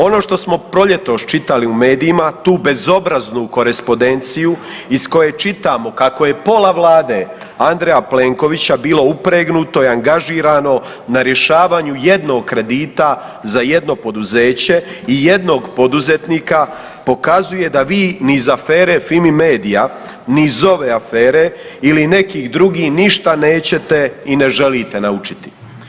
Ono što smo proljetos čitali u medijima, tu bezobraznu korespondenciju iz koje čitamo kako je pola vlade Andreja Plenkovića bilo upregnuto i angažirano na rješavanju jednog kredita za jedno poduzeće i jednog poduzetnika pokazuje da vi ni iz afere FIMI MEDIJA, ni iz ove afere ili nekih drugih ništa nećete i ne želite naučiti.